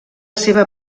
seva